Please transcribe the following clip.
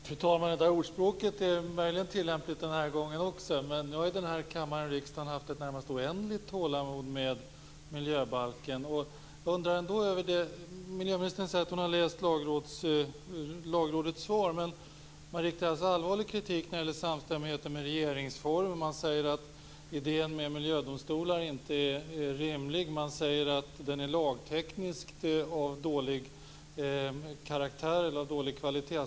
Fru talman! Det där ordspråket är möjligen tilllämpligt den här gången också, men nu har kammaren och riksdagen haft ett närmast oändligt tålamod med miljöbalken. Miljöministern säger att hon har läst Lagrådets svar. I svaret riktas allvarlig kritik som gäller samstämmigheten med regeringsformen. Det sägs också att idén med miljödomstolar inte är rimlig och att förslaget är av lagtekniskt dålig kvalitet.